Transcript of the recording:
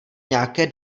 nějaké